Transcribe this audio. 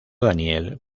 daniel